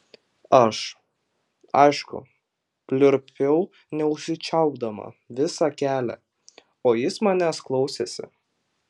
aš aišku pliurpiau neužsičiaupdama visą kelią o jis manęs klausėsi